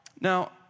Now